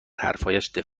حرفهایشان